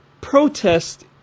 protest